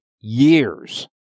years